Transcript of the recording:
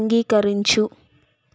అంగీకరించు